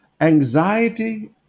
Anxiety